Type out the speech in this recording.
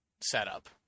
setup